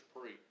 preach